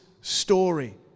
story